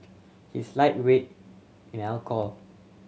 he is lightweight in alcohol